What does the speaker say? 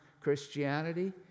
Christianity